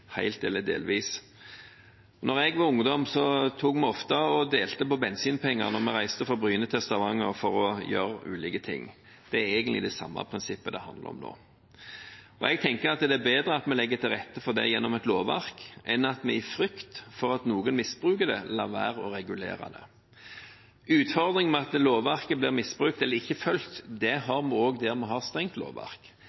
helt eller delvis. Da jeg var ungdom, delte vi ofte på bensinpengene når vi reiste fra Bryne til Stavanger for å gjøre ulike ting. Det er egentlig det samme prinsippet det handler om nå. Jeg tenker at det er bedre at vi legger til rette for det gjennom et lovverk, enn at vi – i frykt for at noen misbruker det – lar være å regulere det. Utfordringen med at lovverket blir misbrukt eller ikke fulgt, har vi også der vi har et strengt lovverk. Det